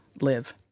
live